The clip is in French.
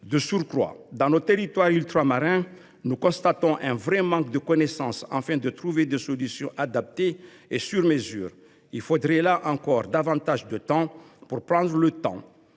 De surcroît, dans nos territoires ultramarins, nous constatons un vrai manque de connaissances qui nous pénalise pour trouver des solutions adaptées et sur mesure. Il faudrait, là encore, davantage de temps pour organiser la